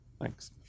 Thanks